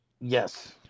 yes